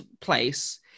place